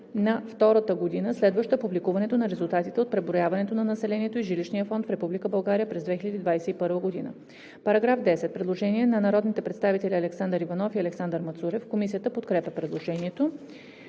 на втората година, следваща публикуването на резултатите от преброяването на населението и жилищния фонд в Република България през 2021 г.“. По § 10 има предложение на народните представители Александър Иванов и Александър Мацурев. Комисията подкрепя предложението.